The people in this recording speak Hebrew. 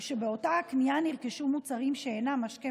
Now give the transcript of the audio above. ושבאותה קנייה נרכשו מוצרים שאינם משקה